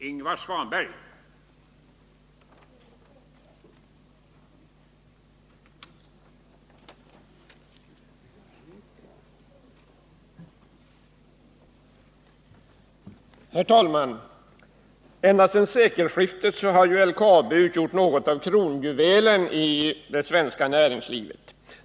Herr talman! Ända sedan sekelskiftet har LKAB haft ställningen som den kanske förnämsta kronjuvelen i det svenska näringslivet.